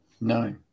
No